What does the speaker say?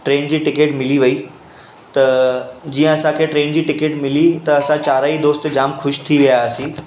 train जी ticket मिली वई त जीअं असांखे ट्रेन जी टिकेट मिली त असां चारई दोस्त जामु ख़ुशि थी वियासीं